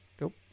Nope